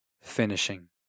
finishing